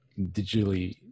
digitally